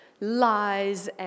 lies